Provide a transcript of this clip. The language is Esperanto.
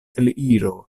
eliro